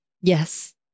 Yes